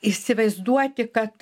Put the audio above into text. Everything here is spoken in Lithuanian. įsivaizduoti kad